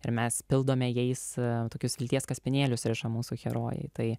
ir mes pildome jais tokius lyties kaspinėlius riša mūsų herojai tai